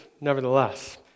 nevertheless